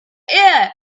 air